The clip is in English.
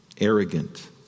arrogant